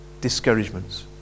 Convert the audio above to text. Discouragements